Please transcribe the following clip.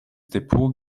depot